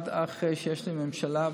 עד אחרי שיש לי ממשלה.